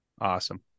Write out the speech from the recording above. Awesome